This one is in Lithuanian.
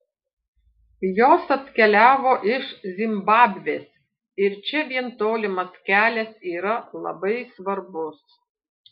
jos atkeliavo iš zimbabvės ir čia vien tolimas kelias yra labai svarbus